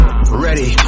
Ready